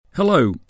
Hello